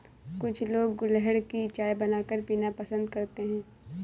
कुछ लोग गुलहड़ की चाय बनाकर पीना पसंद करते है